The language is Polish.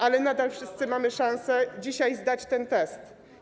Ale nadal wszyscy mamy szansę dzisiaj zdać ten test.